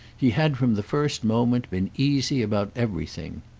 he had from the first moment been easy about everything.